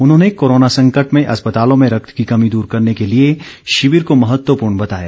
उन्होंने कोरोना संकट में अस्पतालों में रक्त की कमी दूर करने के लिए शिविर को महत्वपूर्ण बताया